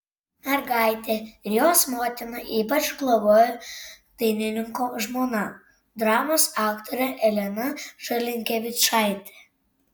mergaitę ir jos motiną ypač globojo dainininko žmona dramos aktorė elena žalinkevičaitė